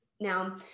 Now